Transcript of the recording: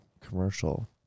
commercial